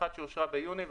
אחת שאושרה ביוני.